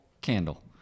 candle